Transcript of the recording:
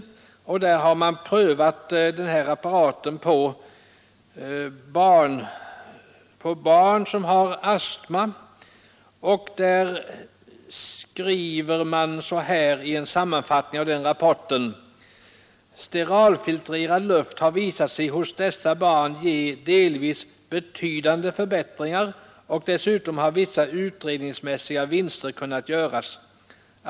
Man har prövat apparaten på barn som har astma. I en sammanfattning skriver man: ”Steral-filtrerad luft har visat sig hos dessa barn ge delvis betydande förbättringar och dessutom har vissa utredningsmässiga vinster kunnat göras.